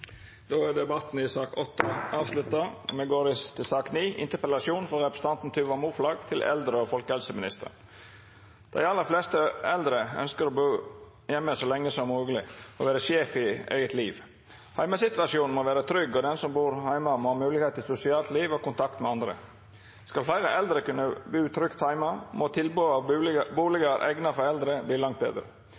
Da trengs det gode virkemidler. Hjemmesituasjonen må være trygg, og den som bor hjemme, må ha mulighet til sosialt liv og kontakt med andre. Skal flere eldre kunne bo trygt hjemme, må tilbudet av boliger egnet for eldre bli langt bedre,